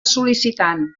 sol·licitant